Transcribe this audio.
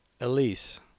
Elise